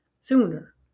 sooner